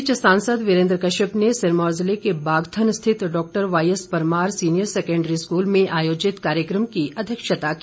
इस बीच सांसद वीरेन्द्र कश्यप ने सिरमौर जिले के बागथन स्थित doctor YS Parmar senior secondary school में आयोजित कार्यक्रम की अध्यक्षता की